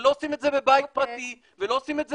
ולא עושים את זה בבית פרטי ולא עושים את זה